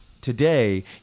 today